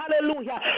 hallelujah